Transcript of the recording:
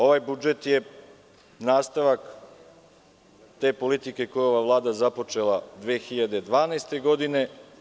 Ovaj budžet je nastavak te politike koju je ova Vlada započela 2012. godine.